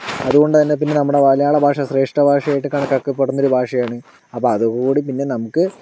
അതുകൊണ്ടുതന്നെ പിന്നെ നമ്മുടെ മലയാളഭാഷ ശ്രേഷ്ഠഭാഷ ആയിട്ട് കണക്കാക്കപ്പെടുന്നൊരു ഭാഷയാണ് അപ്പോൾ അതൂകൂടി പിന്നെ നമുക്ക്